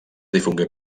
difongué